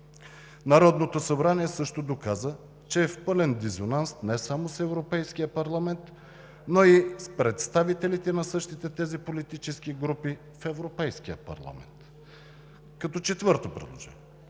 Народното събрание също доказа, че е в пълен дисонанс не само с Европейския парламент, но и с представителите на същите тези политически групи в Европейския парламент. Като четвърто предложение